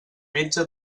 metge